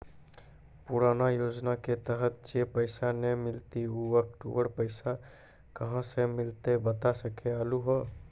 पुराना योजना के तहत जे पैसा नै मिलनी ऊ अक्टूबर पैसा कहां से मिलते बता सके आलू हो?